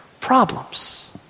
problems